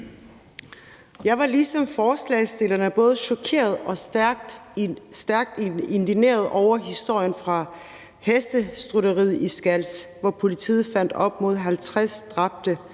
Jeg var ligesom forslagsstillerne både chokeret og stærkt indigneret over historien fra hestestutteriet i Skals, hvor politiet fandt op mod 50